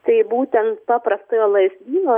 tai būtent paprastojo lazdyno